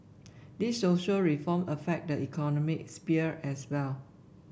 these social reform affect the economic sphere as well